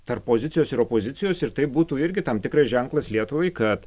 tarp pozicijos ir opozicijos ir tai būtų irgi tam tikras ženklas lietuvai kad